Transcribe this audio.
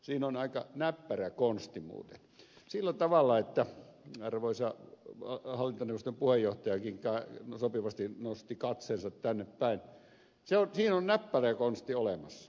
siinä on aika näppärä konsti muuten sillä tavalla että arvoisa hallintoneuvoston puheenjohtajakin sopivasti nosti katseensa tännepäin siinä on näppärä konsti olemassa